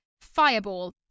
Fireball